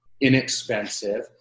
inexpensive